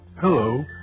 Hello